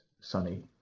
sunny